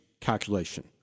calculation